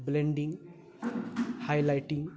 blending highlighting